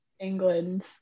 England